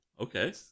okay